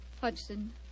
Hudson